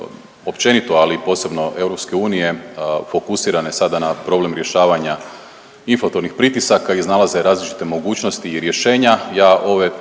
općenito, ali i posebno EU fokusirane sada na problem rješavanja inflatornih pritisaka, iznalaze različite mogućnosti i rješenja.